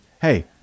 Hey